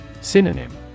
Synonym